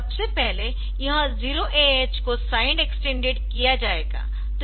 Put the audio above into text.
सबसे पहले यह 0AH को साइंड एक्सटेंडेड किया जाएगा